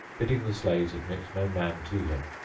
bidding the slaves admit no man to him.